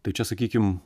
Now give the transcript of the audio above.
tai čia sakykim